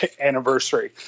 anniversary